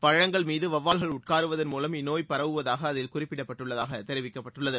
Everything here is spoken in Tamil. பழங்களின் மீது வவ்வால்கள் உட்காருவதன் மூலம் இந்நோய் பரவுவதாக அதில் குறிப்பிடப்பட்டுள்ளதாக தெரிவிக்கப்பட்டுள்ளது